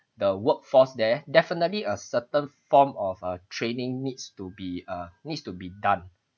the workforce there definitely a certain form of err training needs to be err needs to be done